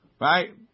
right